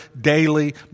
daily